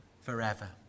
forever